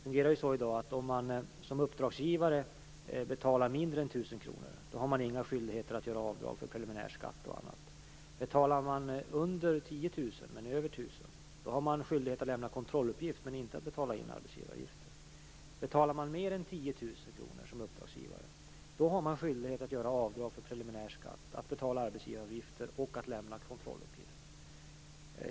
Om man som uppdragsgivare betalar mindre än 1 000 kr har man inga skyldigheter att göra avdrag för preliminär skatt osv. Betalar man under 10 000 kr men över 1 000 kr har man skyldighet att lämna kontrolluppgift men inte att betala in arbetsgivaravgift. Betalar man mer än 10 000 kr som uppdragsgivare har man skyldighet att göra avdrag för preliminär skatt, betala arbetsgivaravgifter och lämna kontrolluppgift.